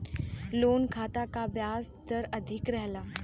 loan खाता क ब्याज दर अधिक रहला